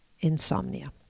insomnia